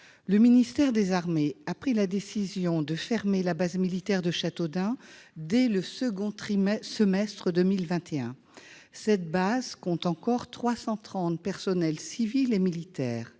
Le ministère des armées a pris la décision de fermer la base militaire de Châteaudun dès le second semestre 2021. Cette base compte encore 330 personnels civils et militaires.